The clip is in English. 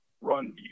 run